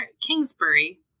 Kingsbury